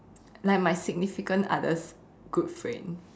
like my significant other's good friend